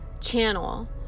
channel